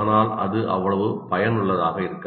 ஆனால் அது அவ்வளவு பயனுள்ளதாக இருக்காது